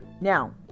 Now